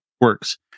works